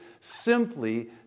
simply